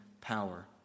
power